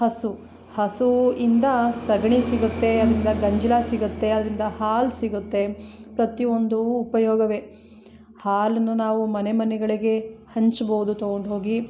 ಹಸು ಹಸುವಿನಿಂದ ಸಗಣಿ ಸಿಗುತ್ತೆ ಅದ್ರಿಂದ ಗಂಜಲ ಸಿಗುತ್ತೆ ಅದ್ರಿಂದ ಹಾಲು ಸಿಗುತ್ತೆ ಪ್ರತಿಯೊಂದುವು ಉಪಯೋಗವೆ ಹಾಲನ್ನು ನಾವು ಮನೆ ಮನೆಗಳಿಗೆ ಹಂಚ್ಬೌದು ತಗೊಂಡೋಗಿ